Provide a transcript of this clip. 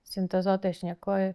sintezuotoj šnekoj